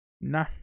Nah